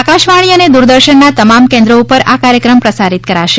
આકાશવાણી અને દૂરદર્શનના તમામ કેન્દ્રો પર આ કાર્યક્રમ પ્રસારિત કરશે